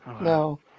No